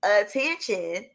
attention